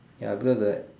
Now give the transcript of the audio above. ya because the